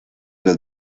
los